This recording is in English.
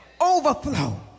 Overflow